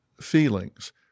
feelings